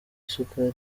isukari